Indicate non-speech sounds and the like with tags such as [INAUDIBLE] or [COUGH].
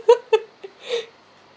[LAUGHS]